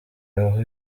aho